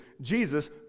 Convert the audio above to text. Jesus